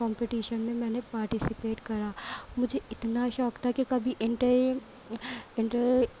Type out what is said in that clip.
competition میں میں نے پارٹیسپیٹ کرا مجھے اتنا شوق تھا کہ کبھی انٹر انٹر